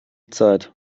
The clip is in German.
zeit